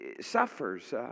suffers